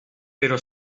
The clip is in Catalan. però